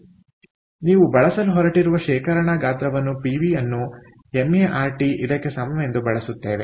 ಆದ್ದರಿಂದ ನೀವು ಬಳಸಲು ಹೊರಟಿರುವ ಶೇಖರಣಾ ಗಾತ್ರವನ್ನು PV ಅನ್ನು maRT ಇದಕ್ಕೆ ಸಮವೆಂದು ಬಳಸುತ್ತೇವೆ